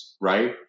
Right